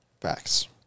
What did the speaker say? Facts